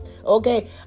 Okay